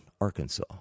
Arkansas